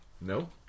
No